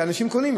שאנשים קונים,